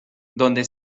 donde